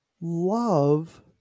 Love